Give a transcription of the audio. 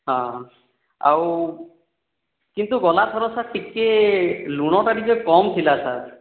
ହଁ ଆଉ କିନ୍ତୁ ଗଲା ଥର ସାର୍ ଟିକେ ଲୁଣଟା ଟିକେ କମ୍ ଥିଲା ସାର୍